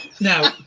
Now